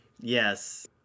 Yes